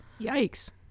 Yikes